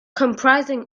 comprising